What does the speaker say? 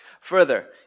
Further